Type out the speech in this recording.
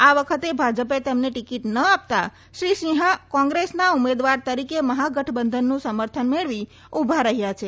આ વખતે ભાજપે તેમને ટીકીટ ન આપતાં શ્રી સિંહા કોંગ્રેસના ઉમેદવાર તરીકે મહાગઠબંધનનું સમર્થન મેળવી ઉભા રહ્યા છે